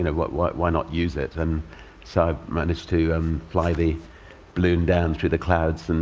and but why why not use it? and so i managed to um fly the balloon down through the clouds, and